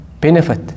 benefit